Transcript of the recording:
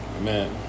Amen